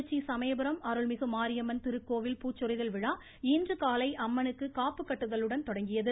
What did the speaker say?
கோவில் திருச்சி சமயபுரம் அருள்மிகு மாரியம்மன் திருக்கோவில் பூச்சொரிதல் விழா இன்று காலை அம்மனுக்கு காப்பு கட்டுதலுடன் தொடங்கியது